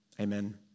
amen